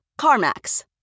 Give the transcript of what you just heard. CarMax